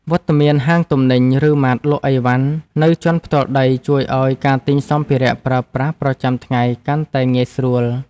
វត្តមានហាងទំនិញ ឬម៉ាតលក់អីវ៉ាន់នៅជាន់ផ្ទាល់ដីជួយឱ្យការទិញសម្ភារប្រើប្រាស់ប្រចាំថ្ងៃកាន់តែងាយស្រួល។